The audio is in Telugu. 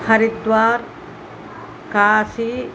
హరిద్వార్ కాశీ